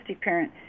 parent